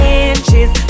inches